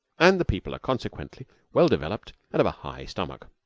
and the people are consequently well-developed and of a high stomach.